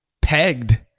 pegged